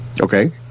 okay